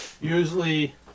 usually